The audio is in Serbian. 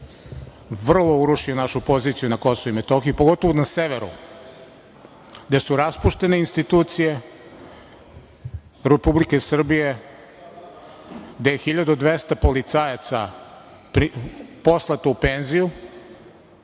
vrlo urušio našu poziciju na Kosovu i Metohiji, pogotovo na severu gde su raspuštene institucije Republike Srbije, gde je 1.200 policajaca poslato u penziju,